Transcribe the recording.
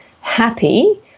happy